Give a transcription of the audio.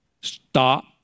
stop